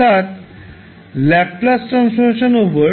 অর্থাৎ ℒ 𝑑𝑓dt